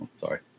sorry